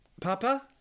Papa